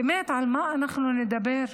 באמת, על מה אנחנו נדבר?